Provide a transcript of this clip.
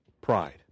pride